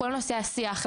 כל נושא השיח,